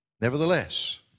nevertheless